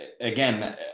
again